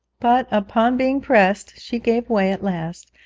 but, upon being pressed, she gave way at last,